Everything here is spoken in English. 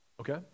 Okay